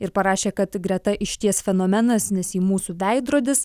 ir parašė kad greta išties fenomenas nes ji mūsų veidrodis